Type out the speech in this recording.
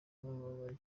bababaye